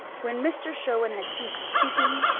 when mr. sherwin had ceased speaking,